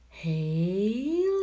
Hey